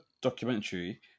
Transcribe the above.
documentary